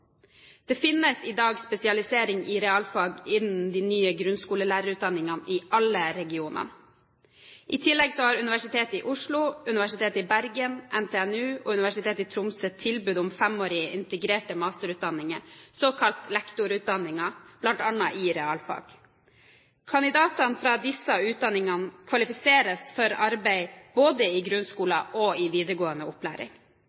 Det finnes i dag spesialisering i realfag innen de nye grunnskolelærerutdanningene i alle regionene. I tillegg har Universitetet i Oslo, Universitetet i Bergen, NTNU og Universitetet i Tromsø tilbud om femårige integrerte masterutdanninger, såkalte lektorutdanninger, bl.a. i realfag. Kandidater fra disse utdanningene kvalifiseres for arbeid både i grunnskolen og i videregående opplæring.